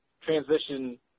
transition